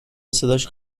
صداش